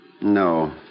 No